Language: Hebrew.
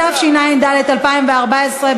התשע"ד 2014,